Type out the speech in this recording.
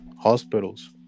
hospitals